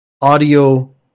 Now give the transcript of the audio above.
audio